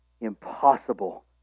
Impossible